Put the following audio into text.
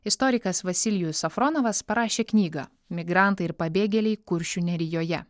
istorikas vasilijus safronovas parašė knygą migrantai ir pabėgėliai kuršių nerijoje